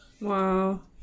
Wow